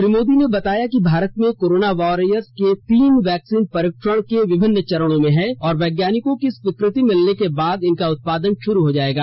श्री मोदी ने बताया कि भारत में कोरोना वायरस के तीन वैक्सीन परीक्षण के विभिन्न चरणों में हैं और वैज्ञानिकों की स्वीकृति मिलने के बाद इनका उत्पादन शुरू हो जायेगा